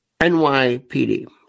NYPD